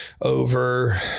over